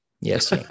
yes